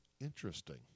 Interesting